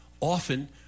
often